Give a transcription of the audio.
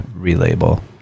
relabel